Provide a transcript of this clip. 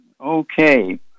Okay